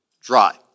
dry